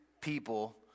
people